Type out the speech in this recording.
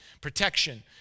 protection